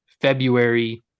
February